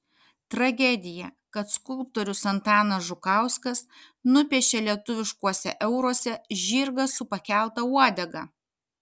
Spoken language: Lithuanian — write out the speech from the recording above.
tragedija kad skulptorius antanas žukauskas nupiešė lietuviškuose euruose žirgą su pakelta uodega